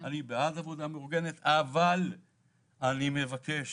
אני בעד עבודה מאורגנת - אבל אני מבקש,